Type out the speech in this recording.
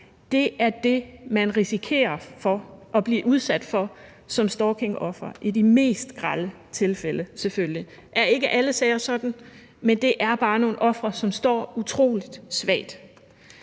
Det er det, man risikerer at blive udsat for som stalkingoffer i de mest grelle tilfælde. Selvfølgelig er ikke alle sager sådan, men det er altså nogle ofre, som står utrolig svagt.